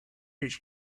his